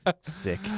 sick